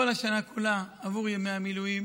כל השנה כולה, עבור ימי המילואים